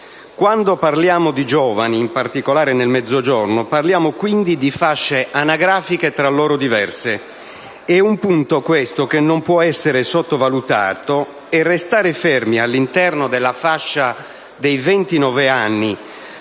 Quando parliamo di giovani, in particolare nel Mezzogiorno, parliamo quindi di fasce anagrafiche tra loro diverse. È un punto, questo, che non può essere sottovalutato, e restare fermi all'interno della fascia dei 29 anni,